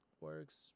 works